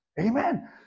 Amen